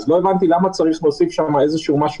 לא הבנתי למה צריך להכניס שם משהו.